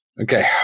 Okay